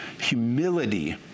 Humility